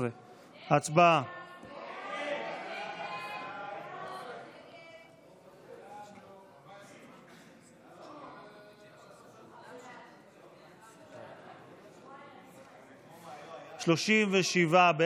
13. הצבעה.